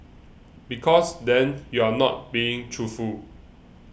because then you're not being truthful